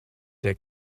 der